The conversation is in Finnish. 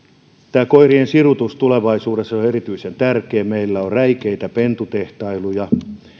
tämä koirien sirutus tulevaisuudessa on erityisen tärkeää meillä on räikeitä pentutehtailuja